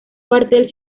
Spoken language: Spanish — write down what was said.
cuartel